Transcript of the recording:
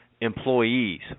employees